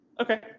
Okay